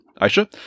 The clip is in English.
Aisha